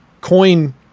coin